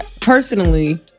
personally